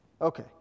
Okay